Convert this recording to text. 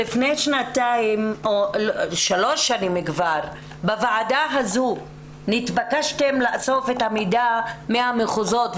לפני שלוש שנים בוועדה הזו נתבקשתם לאסוף את המידע מהמחוזות,